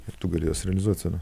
ir tu gali jas realizuot tada